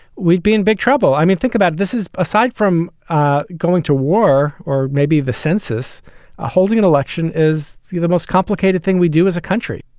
we'd be in big trouble. i mean, think about this is aside from ah going to war. or maybe the census holding an election is the most complicated thing we do as a country.